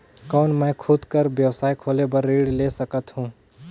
कौन मैं खुद कर व्यवसाय खोले बर ऋण ले सकत हो?